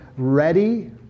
ready